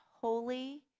holy